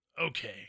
Okay